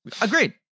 Agreed